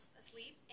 asleep